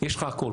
יש לך הכול,